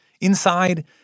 Inside